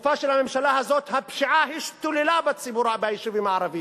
בתקופה של הממשלה הזאת הפשיעה השתוללה ביישובים הערביים.